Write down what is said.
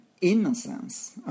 innocence